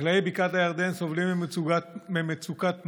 חקלאי בקעת הירדן סובלים ממצוקת מים,